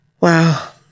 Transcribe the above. Wow